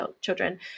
children